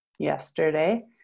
Yesterday